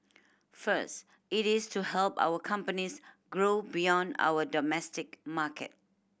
first it is to help our companies grow beyond our domestic market